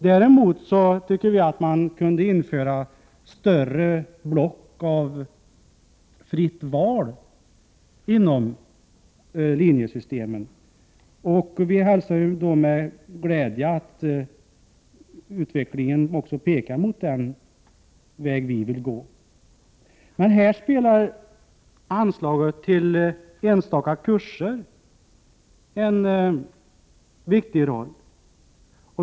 Däremot anser vi att man borde införa större block av fritt val inom linjesystemet. Därför hälsar vi med glädje att utvecklingen också pekar mot den väg som vi vill gå. Här spelar anslaget till enstaka kurser en viktig roll.